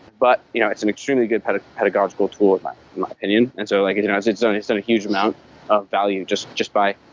but you know it's an extremely good kind of pedagogical tool in my my opinion. and so like it it has its own. it's on a huge amount of value just just by